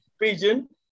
region